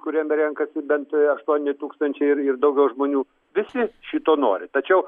kuriame renkasi bent aštuoni tūkstančiai ir ir daugiau žmonių visi šito nori tačiau